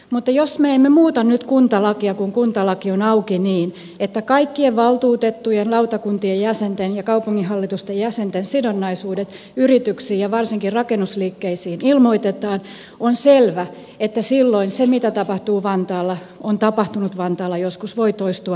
mutta jos me emme muuta nyt kuntalakia kun kuntalaki on auki niin että kaikkien valtuutettujen lautakuntien jäsenten ja kaupunginhallitusten jäsenten sidonnaisuudet yrityksiin ja varsin rakennusliikkeisiin ilmoitetaan on selvä että silloin se mitä on tapahtunut vantaalla joskus voi toistua toisaallakin